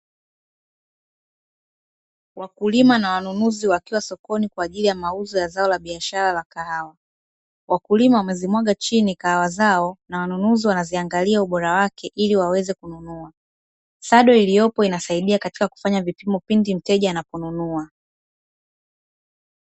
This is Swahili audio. Wakulima na wanunuzi wakiwa sokoni kwaajili ya mauzo ya zao la biashara la kahawa, wakulima wamezimwaga chini kahawa zao na wanunuzi wanaziangalia ubora wake ili waweze kununua. Sado iliyopo inasaidia katika kufanya vipimo pindi mteja anaponunua.